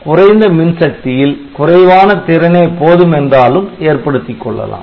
குறைந்த மின்சக்தியில் குறைவான திறனே போதும் என்றாலும் ஏற்படுத்திக்கொள்ளலாம்